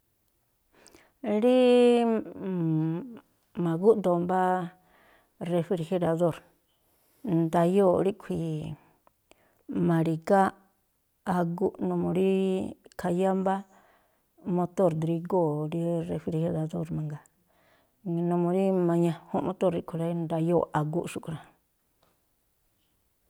Rí ma̱gúꞌdoo mbá refrijeradór, ndayóo̱ꞌ ríꞌkhui̱ ma̱rigá aguꞌ, numuu rí khayá mbá motór drígóo̱ rí refrijeradór mangaa, numuu rí mañajunꞌ motór ríꞌkhui̱ rá, ndayóo̱ꞌ aguꞌ xúꞌkhui̱ rá.